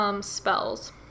spells